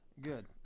good